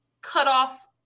cut-off